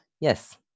yes